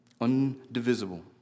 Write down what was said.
undivisible